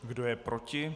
Kdo je proti?